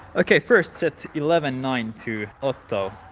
okay. first set, eleven nine to otto.